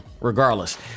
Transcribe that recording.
regardless